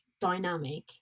dynamic